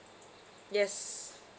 yes